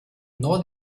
nor